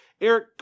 Eric